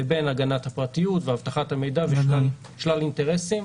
לבין הגנת הפרטיות ואבטחת המידע ושלל אינטרסים,